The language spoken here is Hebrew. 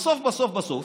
בסוף בסוף בסוף,